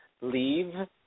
leave